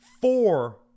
Four